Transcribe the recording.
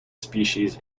species